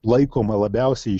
laikoma labiausiai